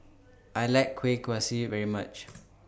I like Kueh Kaswi very much